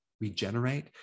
regenerate